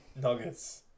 Nuggets